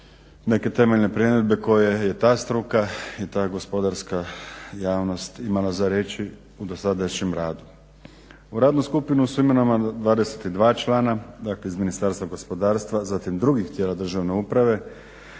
neke temeljne primjedbe koje je ta struka i ta gospodarska javnost imala za reći u dosadašnjem radu. U radnu skupinu su imenovana 22 člana. Dakle, iz Ministarstva gospodarstva. Zatim drugih tijela državne uprave,